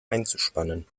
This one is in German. einzuspannen